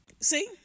See